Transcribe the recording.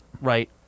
right